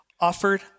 offered